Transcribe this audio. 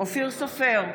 אופיר סופר,